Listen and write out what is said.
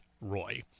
Roy